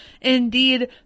indeed